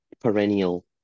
perennial